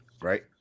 right